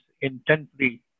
intently